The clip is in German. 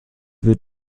wird